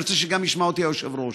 אני רוצה שגם ישמע אותי היושב-ראש: